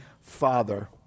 Father